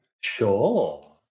Sure